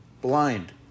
blind